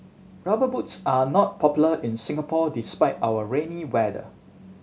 Rubber Boots are not popular in Singapore despite our rainy weather